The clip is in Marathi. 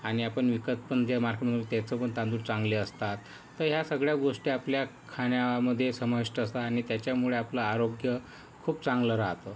आणि आपण विकत पण जे मार्केटमधून त्याचं पण तांदूळ चांगले असतात तर या सगळ्या गोष्टी आपल्या खाण्यामध्ये समाविष्ट असतात आणि त्याच्यामुळे आपलं आरोग्य खूप चांगलं राहतं